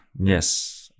yes